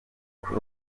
klopp